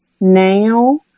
now